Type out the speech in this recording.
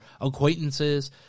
acquaintances